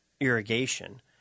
Irrigation